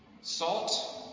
Salt